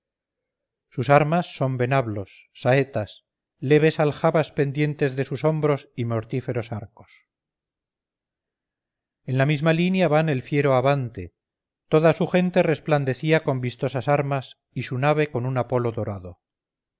sus armas son venablos saetas leves aljabas pendientes de sus hombros y mortíferos arcos en la misma línea van el fiero abante toda su gente resplandecía con vistosas armas y su nave con un apolo dorado